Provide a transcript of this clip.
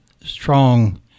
strong